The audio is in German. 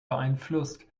beeinflusst